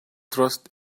trust